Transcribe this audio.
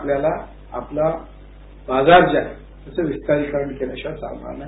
आपल्याला आपला बाजार जे हे त्याचं विस्तारीकरण केल्याशिवाय चालणार नाही